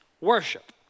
worship